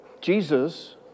Jesus